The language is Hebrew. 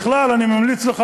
בכלל אני ממליץ לך,